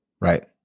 Right